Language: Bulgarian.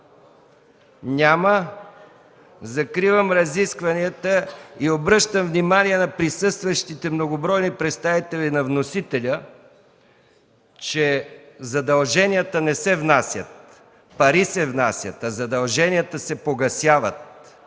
Няма. Закривам разискванията. Обръщам внимание на присъстващите многобройни представители на вносителя, че задълженията не се внасят, пари се внасят. Задълженията се погасяват.